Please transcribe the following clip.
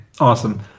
Awesome